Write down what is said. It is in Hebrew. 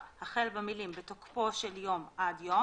במקום הסיפה החל במילים "בתוקפו עד יום"